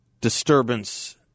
disturbance